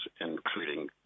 including